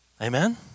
Amen